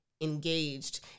engaged